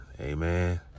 Amen